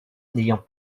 n’ayant